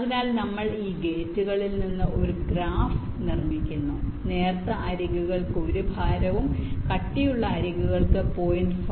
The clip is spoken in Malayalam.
അതിനാൽ നമ്മൾ ഈ ഗേറ്റുകളിൽ നിന്ന് ഒരു ഗ്രാഫ് നിർമ്മിക്കുന്നു നേർത്ത അരികുകൾക്ക് 1 ഭാരവും കട്ടിയുള്ള അരികുകൾക്ക് 0